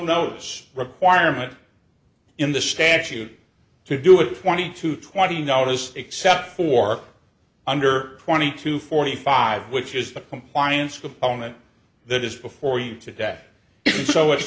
those requirements in the statute to do it twenty two twenty notice except for under twenty to forty five which is the compliance component that is before you today so